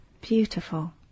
beautiful